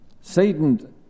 Satan